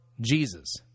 Jesus